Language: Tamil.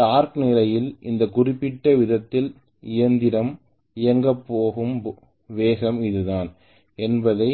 டார்க் நிலையில் இந்த குறிப்பிட்ட விகிதத்தில் இயந்திரம் இயக்கப் போகும் வேகம் இதுதான் என்பதை